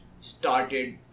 started